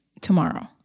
tomorrow